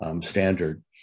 standard